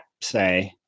say